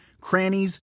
crannies